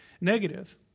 negative